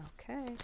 Okay